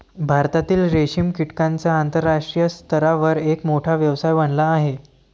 भारतातील रेशीम कीटकांचा आंतरराष्ट्रीय स्तरावर एक मोठा व्यवसाय बनला आहे